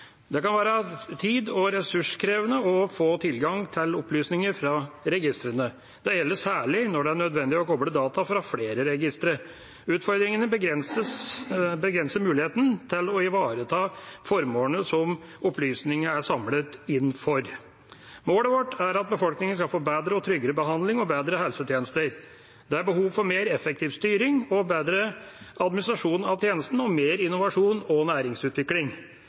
Det kan være tids- og ressurskrevende å få tilgang til opplysninger fra registrene. Det gjelder særlig når det er nødvendig å koble data fra flere registre. Utfordringene begrenser muligheten til å ivareta formålene som opplysningene er samlet inn for. Målet vårt er at befolkningen skal få bedre og tryggere behandling og bedre helsetjenester. Det er behov for mer effektiv styring og bedre administrasjon av tjenesten og mer innovasjon og næringsutvikling.